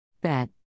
Bet